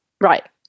Right